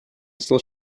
still